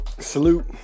salute